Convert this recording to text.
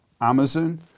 Amazon